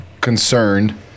concerned